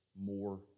more